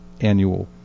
annual